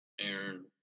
Aaron